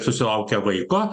susilaukia vaiko